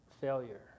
failure